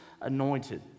anointed